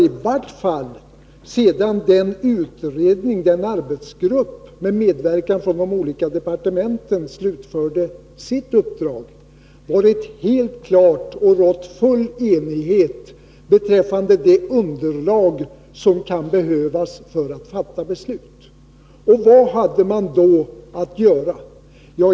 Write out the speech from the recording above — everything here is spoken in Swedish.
I varje fall sedan en arbetsgrupp med medverkande från de olika departementen slutfört sitt uppdrag, har det rått full enighet om det underlag som kan behövas för att fatta beslut. Vad hade man då att göra?